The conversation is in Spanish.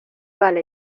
vale